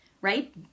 right